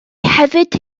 hefyd